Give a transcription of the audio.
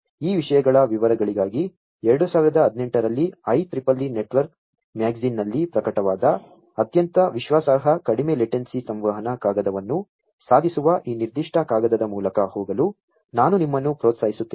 ಆದ್ದರಿಂದ ಈ ವಿಷಯಗಳ ವಿವರಗಳಿಗಾಗಿ 2018 ರಲ್ಲಿ IEEE ನೆಟ್ವರ್ಕ್ ಮ್ಯಾಗಜೀನ್ನಲ್ಲಿ ಪ್ರಕಟವಾದ ಅತ್ಯಂತ ವಿಶ್ವಾಸಾರ್ಹ ಕಡಿಮೆ ಲೇಟೆನ್ಸಿ ಸಂವಹನ ಕಾಗದವನ್ನು ಸಾಧಿಸುವ ಈ ನಿರ್ದಿಷ್ಟ ಕಾಗದದ ಮೂಲಕ ಹೋಗಲು ನಾನು ನಿಮ್ಮನ್ನು ಪ್ರೋತ್ಸಾಹಿಸುತ್ತೇನೆ